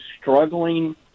struggling